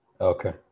Okay